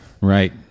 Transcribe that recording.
Right